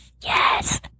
Yes